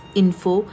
info